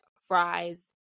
fries